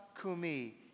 kumi